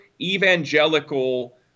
evangelical